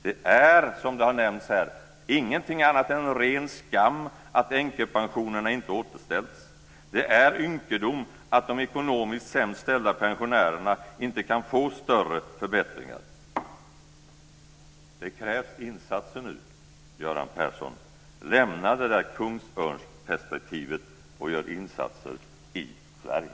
Det är, som det har nämnts här, ingenting annat än ren skam att änkepensionerna inte återställts. Det är ynkedom att de ekonomiskt sämst ställda pensionärerna inte kan få större förbättringar. Det krävs insatser nu, Göran Persson. Lämna kungsörnsperspektivet och gör insatser i Sverige.